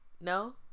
No